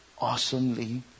awesomely